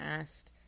asked